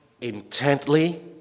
intently